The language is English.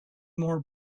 more